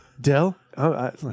Dell